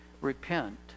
repent